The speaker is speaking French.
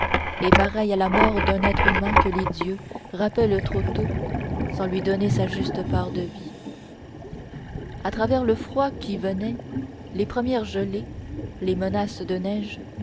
et pareil à la mort d'un être humain que les dieux rappellent trop tôt sans lui donner sa juste part de vie à travers le froid qui venait les premières gelées les menaces de neige